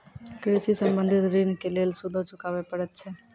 कृषि संबंधी ॠण के लेल सूदो चुकावे पड़त छै?